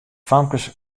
famkes